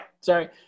sorry